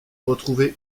retrouvé